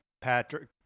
Patrick